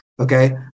Okay